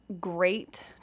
great